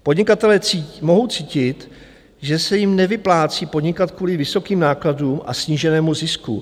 Podnikatelé cítí, mohou cítit, že se jim nevyplácí podnikat kvůli vysokým nákladům a sníženému zisku.